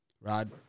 Rod